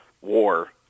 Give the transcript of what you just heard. war